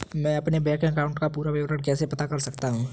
मैं अपने bank account का पूरा विवरण कैसे पता कर सकता हूँ?